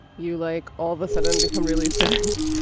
you like all of a sudden become really thank